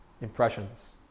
impressions